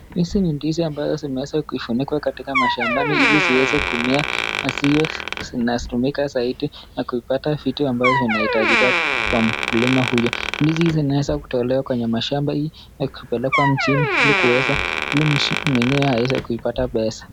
Hizi ni ndizi ambazo zimeweza kufunikwa katika mashambani ili ziweze kunia asiyo na kutumika zaidi na kuipata vitu ambazo zinahitajika kwa mkulima huyo. Ndizi hizi zinaweza kutolewa kwenye mashamba hii kupelekwa mchini ili kuweza ili mwenyewe aweze kuipata pesa.